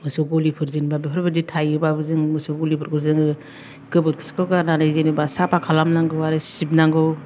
मोसौ गलिफोर जेनेबा बेफोरबायदि थायोबाबो जों मोसौ गलिफोरखौ जोङो गोबोरखिखौ गारनानै जेनेबा साफा खालामनांगौ आरो सिबनांगौ